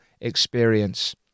experience